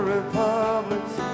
Republics